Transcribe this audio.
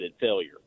failure